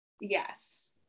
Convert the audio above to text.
yes